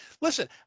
listen